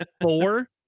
Four